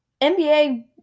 NBA